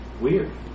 weird